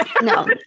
No